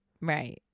Right